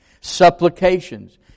Supplications